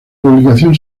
publicación